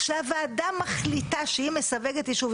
כשהוועדה מחליטה שהיא מסווגת יישוב,